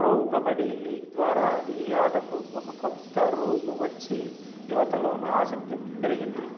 pro kabaddi league ద్వారా ఈ ఆటకు ఒక కొత్త రూపు వచ్చి యువతలోను ఆసక్తి పెరిగింది